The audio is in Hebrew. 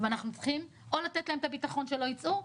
ואנחנו צריכים או לתת להם את הבטחון שלא יצאו,